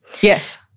Yes